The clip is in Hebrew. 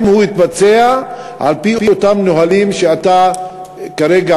האם הוא התבצע על-פי אותם נהלים שאתה כרגע